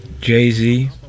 Jay-Z